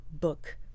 book